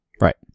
Right